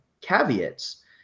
caveats